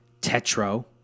Tetro